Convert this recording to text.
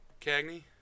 Cagney